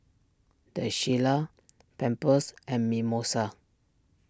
the Shilla Pampers and Mimosa